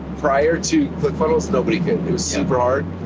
prior to click funnels, nobody could. it was super hard.